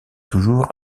toujours